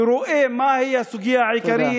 שרואה מהי הסוגיה העיקרית,